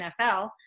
NFL